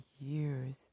years